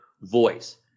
voice